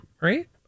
right